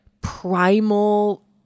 primal